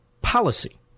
policy